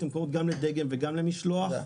הן קיימות גם לדגם וגם למשלוח.